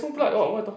okay